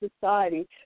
society